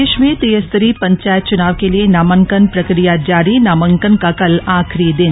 प्रदेश में त्रिस्तरीय पंचायत चुनाव के लिए नामांकन प्रक्रिया जारी नामांकन का कल आखिरी दिन